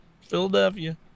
Philadelphia